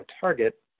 target